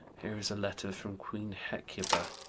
here is a letter from queen hecuba,